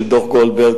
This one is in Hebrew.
דוח-גולדברג,